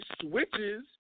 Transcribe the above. switches